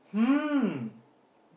hmm